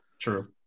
True